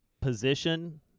position